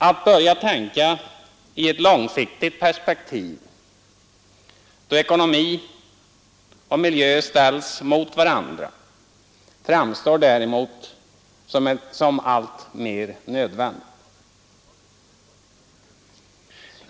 Att börja tänka i ett långsiktigt perspektiv då ekonomi och miljö ställs mot varandra framstår däremot som alltmer nödvändigt.